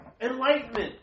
enlightenment